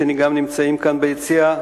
שגם נמצאים כאן ביציע,